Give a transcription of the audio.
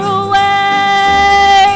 away